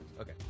Okay